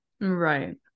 right